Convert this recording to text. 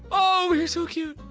oh! he's so cute.